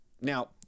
Now